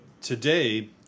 today